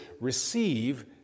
receive